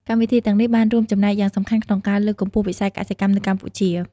កម្មវិធីទាំងនេះបានរួមចំណែកយ៉ាងសំខាន់ក្នុងការលើកកម្ពស់វិស័យកសិកម្មនៅកម្ពុជា។